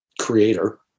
creator